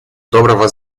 доброго